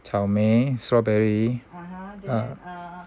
草莓 strawberry uh